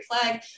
flag